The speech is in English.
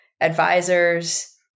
advisors